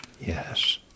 Yes